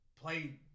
play